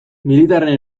militarren